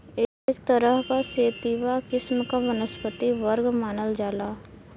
एक तरह क सेतिवा किस्म क वनस्पति वर्ग मानल जाला